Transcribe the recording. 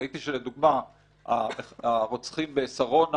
ראיתי לדוגמה שהרוצחים בשרונה,